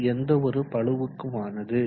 அது எந்தவொரு பளுவுக்குமானது